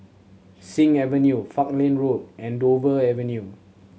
Sing Avenue Falkland Road and Dover Avenue